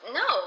no